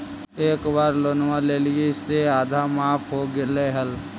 एक बार लोनवा लेलियै से आधा माफ हो गेले हल?